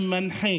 עם מנחה